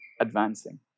advancing